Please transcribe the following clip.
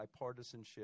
bipartisanship